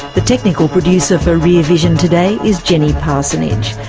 the technical producer for rear vision today is jenny parsonage.